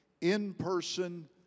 in-person